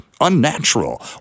unnatural